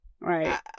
Right